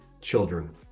children